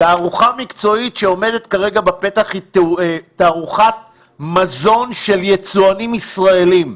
תערוכה מקצועית שעומדת כרגע בפתח היא תערוכת מזון של יצואנים ישראלים,